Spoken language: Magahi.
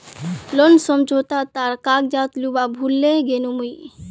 लोन समझोता तार कागजात लूवा भूल ले गेनु मि